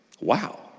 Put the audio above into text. Wow